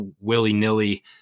willy-nilly